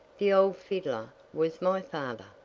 the old fiddler was my father!